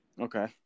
Okay